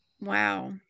wow